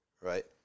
right